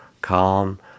calm